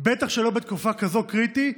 בטח שלא בתקופה כזאת קריטית,